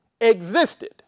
existed